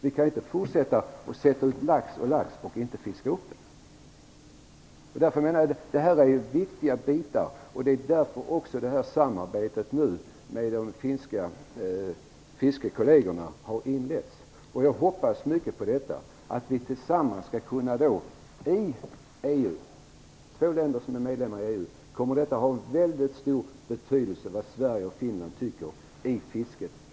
Vi kan inte fortsätta att sätta ut lax, om vi inte fiskar upp den. Detta är viktiga synpunkter, och det är också därför som samarbetet med de finska fiskekollegerna nu har inletts. Jag hoppas att det i EU kommer att ha mycket stor betydelse vad Finland och Sverige, två länder som är medlemmar i EU, tycker om fisket i